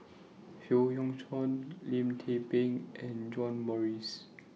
Howe Yoon Chong Lim Tze Peng and John Morrice